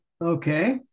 Okay